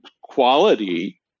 quality